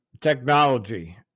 technology